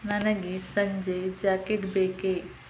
ನನಗೆ ಸಂಜೆ ಜಾಕೆಟ್ ಬೇಕೇ